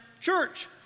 Church